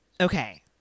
okay